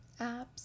apps